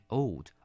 old